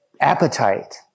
appetite